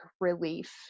relief